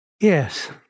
yes